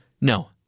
No